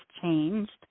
changed